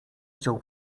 chciał